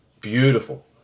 Beautiful